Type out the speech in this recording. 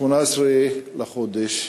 18 בחודש,